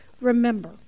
remember